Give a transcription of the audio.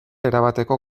erabateko